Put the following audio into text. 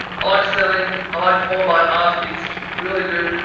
i like selling, i like all my art, it's really good.